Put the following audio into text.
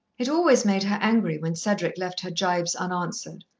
it always made her angry when cedric left her gibes unanswered,